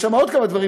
יש שם עוד כמה דברים,